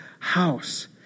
house